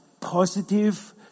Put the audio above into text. positive